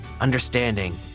understanding